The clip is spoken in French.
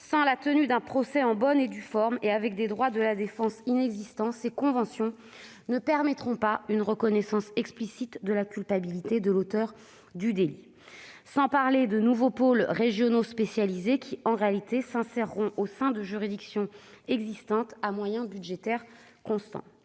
sans la tenue d'un procès en bonne et due forme et avec des droits de la défense inexistants, ces conventions ne permettront pas une reconnaissance explicite de la culpabilité de l'auteur du délit. Et c'est sans parler des nouveaux pôles régionaux spécialisés, qui, en réalité, s'inséreront au sein des juridictions existantes et à moyens budgétaires constants.